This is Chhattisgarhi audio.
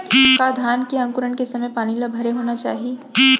का धान के अंकुरण के समय पानी ल भरे होना चाही?